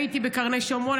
הייתי בקרני שומרון,